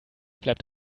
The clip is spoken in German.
bleibt